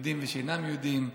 יהודים ושאינם יהודים,